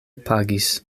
pagis